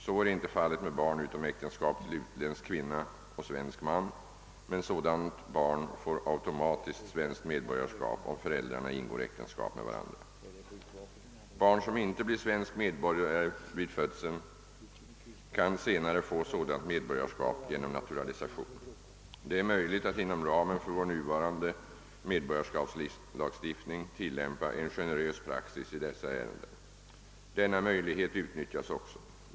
Så är inte fallet med barn utom äktenskap till utländsk kvinna och svensk man, men sådant barn får automatiskt svenskt medborgarskap, om föräldrarna ingår äktenskap med varandra. Barn som inte blir svensk medborgare vid födelsen kan senare få sådant medborgarskap genom naturalisation. Det är möjligt att inom ramen för vår nuvarande medborgarskapslagstiftning tillämpa en generös praxis i dessa ärenden. Denna möjlighet utnyttjas också.